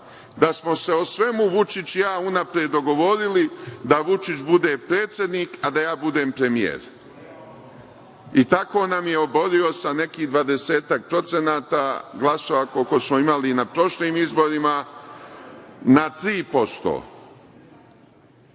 da smo se o svemu Vučić i ja unapred govorili da Vučić bude predsednik, a da je budem premijer. Tako nam je oborio sa nekih 20% glasova, koliko smo imali na prošlim izborima, na 3%.